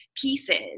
pieces